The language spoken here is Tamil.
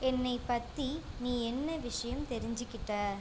என்னைப் பற்றி நீ என்ன விஷயம் தெரிஞ்சுக்கிட்டே